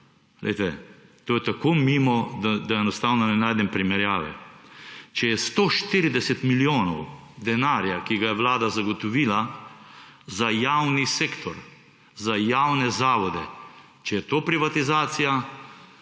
to je tako mimo, da enostavno ne najdem primerjave. Če je 140 milijonov denarja, ki ga je Vlada zagotovila za javni sektor, za javne zavode, če je to privatizacija,